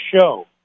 show